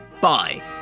Bye